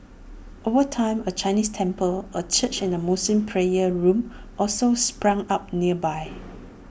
over time A Chinese temple A church and A Muslim prayer room also sprang up nearby